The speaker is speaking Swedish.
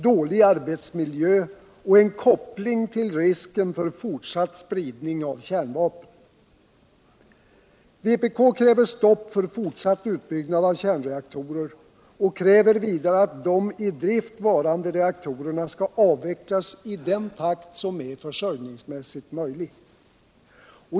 dålig arbetsmiljö och en koppling till risken för fortsatt spridning av kärnvapen. Vpk kräver stopp för fortsatt utbyggnad av kärnreaktorer och kräver vidare att de i drift varande reaktorerna skall avvecklas i den takt som är försörjningsmässigt möjlig.